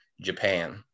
Japan